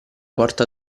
porta